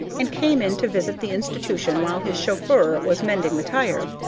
and came in to visit the institution while his chauffeur was mending the tire.